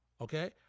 okay